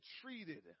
treated